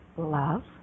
love